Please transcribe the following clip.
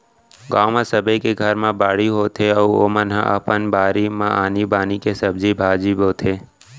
गाँव म सबे के घर म बाड़ी होथे अउ ओमन ह अपन बारी म आनी बानी के सब्जी भाजी बोथे